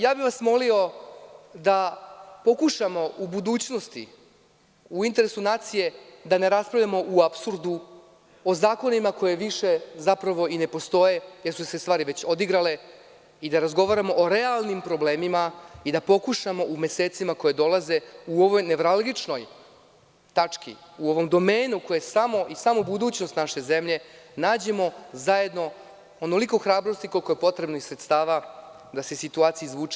Molio bih vas da pokušamo u budućnosti, u interesu nacije da ne raspravljamo u apsurdu o zakonima koji više zapravo i ne postoje, jer su se stvari već odigrale i da razgovaramo o realnim problemima i da pokušamo u mesecima koji dolaze, u ovoj neuralgično tački, u ovom domenu koji je samo i samo budućnost naše zemlje, da nađemo zajedno onoliko hrabrosti koliko je potrebno i sredstava da se situacija izvuče